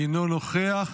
אינה נוכחת,